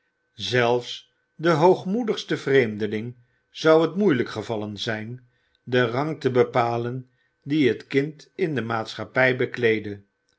zelfs den hoogmoedigsten vreemdeling zou het moeielijk gevallen zijn den rang te bepalen dien het kind in de maatschappij bekleedde